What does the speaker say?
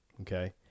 okay